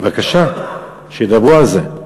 בבקשה, שידברו על זה,